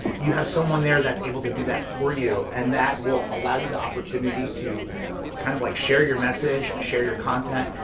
you have someone there that's able to do that for you, and that will allow you the opportunity to kind of like share your message, share your content,